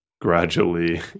gradually